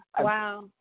wow